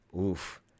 oof